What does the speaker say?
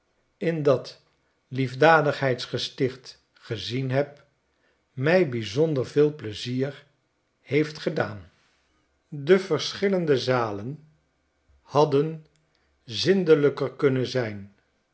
in dat liefdadigheidsgesticht gezien heb mij bijzonder veel pleizier heeft gedaan de verschillende zalen hadden zindelijker kunnen zijn